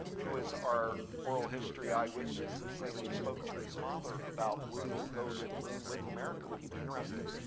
who is our oral history eyewitness saying that he spoke to his father about, will you go to the moon with america? would you be interested?